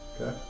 Okay